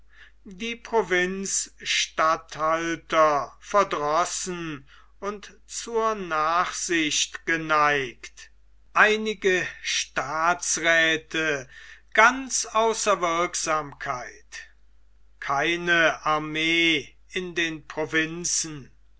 die provinzstatthalter verdrossen und zur nachsicht geneigt einige staatsräthe ganz außer wirksamkeit keine armee in den provinzen